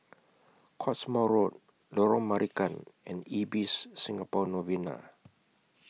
Cottesmore Road Lorong Marican and Ibis Singapore Novena